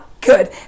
good